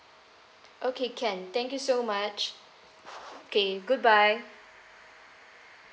okay can thank you so much okay goodbye